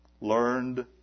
learned